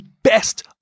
Best